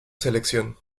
selección